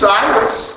Cyrus